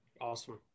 Awesome